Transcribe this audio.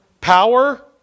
Power